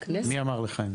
מי אמר לך את זה?